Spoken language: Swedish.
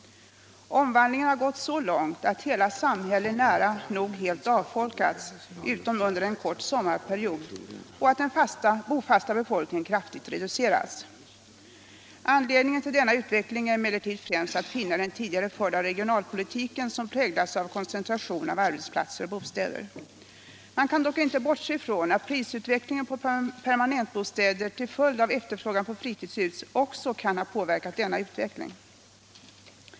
Omvandlingen har gått så långt att hela samhällen nära nog avfolkats, utom under en kort sommarperiod, och att den bofasta befolkningen kraftigt reducerats. Anledningen till denna utveckling är främst att finna i den tidigare förda regionalpolitiken som präglats av koncentration av arbetsplatser och bostäder. Man kan dock inte bortse från att prisutvecklingen på permanentbostäder till följd av efterfrågan på fritidshus också kan ha påverkat denna utveckling.